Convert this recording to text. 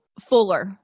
fuller